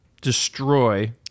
destroy